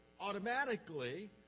automatically